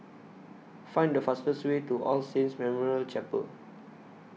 Find The fastest Way to All Saints Memorial Chapel